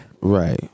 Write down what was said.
Right